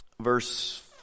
verse